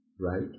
right